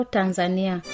Tanzania